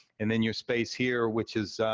and then your space here, which is